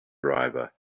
driver